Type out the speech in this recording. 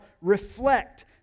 reflect